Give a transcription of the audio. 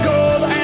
Gold